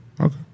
Okay